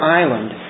island